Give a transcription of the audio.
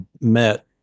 met